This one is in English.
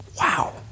Wow